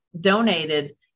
donated